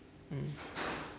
mm